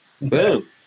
Boom